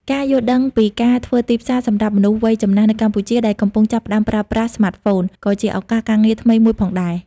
ការយល់ដឹងពីការធ្វើទីផ្សារសម្រាប់មនុស្សវ័យចំណាស់នៅកម្ពុជា ដែលកំពុងចាប់ផ្តើមប្រើប្រាស់ស្មាតហ្វូន ក៏ជាឱកាសការងារថ្មីមួយផងដែរ។